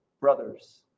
brothers